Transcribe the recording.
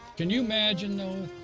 can you imagine though,